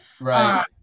right